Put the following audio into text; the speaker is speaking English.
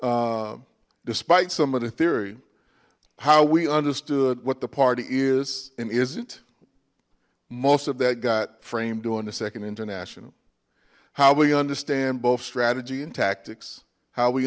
despite some of the theory how we understood what the party is and isn't most of that got framed during the second international how will you understand both strategy and tactics how we